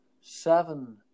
seven